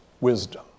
wisdom